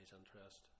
interest